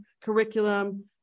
curriculum